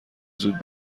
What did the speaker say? زود